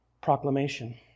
Proclamation